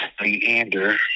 Leander